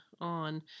on